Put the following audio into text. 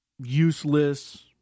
useless